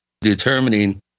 determining